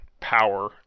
power